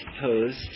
supposed